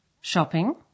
Shopping